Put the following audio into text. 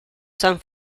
san